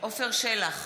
עפר שלח,